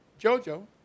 Jojo